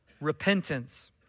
repentance